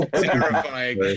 Terrifying